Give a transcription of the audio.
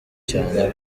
cyane